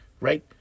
Right